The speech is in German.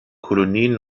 kolonien